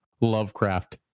Lovecraft